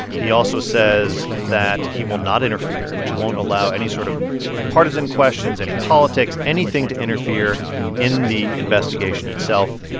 he also says that he will not interfere. he won't allow any sort of partisan questions, any politics, anything to interfere in the investigation itself.